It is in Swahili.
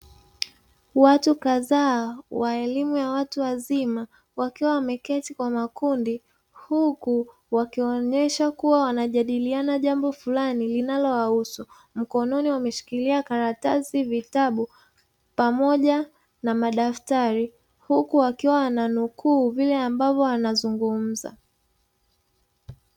Watu kadhaa wa elimu ya watu wazima wakiwa wameketi kwa makundi, huku wakionyesha kuwa wakijadiliana jambo fulani linalowahusu. Mkononi wameshikilia karatasi, vitabu pamoja na madaftari; huku wakiwa wananukuu yale anayoyazungumza.